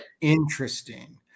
Interesting